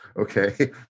Okay